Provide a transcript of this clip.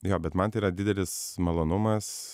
jo bet man tai yra didelis malonumas